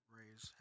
Ray's